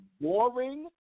boring